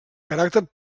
caràcter